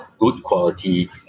good-quality